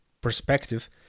perspective